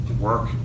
work